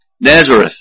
Nazareth